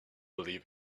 believe